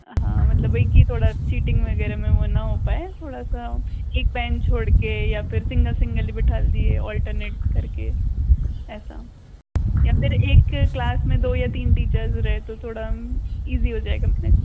हाँ मतलब है वही कि थोड़ा चीटिंग वग़ैरह मे वो ना हो पाए थोड़ा सा एक बेंच छोड़ के या फिर सिंगल सिंगल बिठा दिए ऑल्टर्नेट कर के ऐसा या फिर एक क्लास में दो या तीन टीचर रहें तो थोड़ा ईज़ी हो जाएगा मैनेज